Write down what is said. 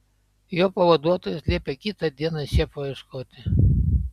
jo pavaduotojas liepė kitą dieną šefo ieškoti